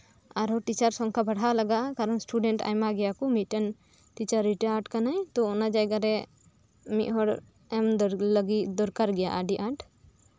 ᱟᱨᱦᱚᱸ ᱴᱤᱪᱟᱨ ᱥᱚᱝᱠᱠᱷᱟ ᱵᱟᱲᱦᱟᱣ ᱞᱟᱜᱟᱜᱼᱟ ᱪᱮᱫᱟᱜ ᱤᱥᱴᱩᱰᱮᱱᱴ ᱟᱭᱢᱟ ᱜᱮᱭᱟ ᱠᱚ ᱢᱤᱫᱴᱟᱝ ᱴᱤᱪᱟᱨ ᱨᱤᱴᱟᱭᱟᱨ ᱟᱠᱟᱱᱟᱭ ᱛᱳ ᱚᱢᱱᱟ ᱡᱟᱭᱜᱟᱨᱮ ᱢᱤᱫᱦᱚᱲ ᱮᱢ ᱞᱟᱹᱜᱤᱫ ᱫᱚᱨᱠᱟᱨ ᱜᱮᱭᱟ ᱟᱹᱰᱤ ᱟᱸᱴ